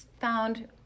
found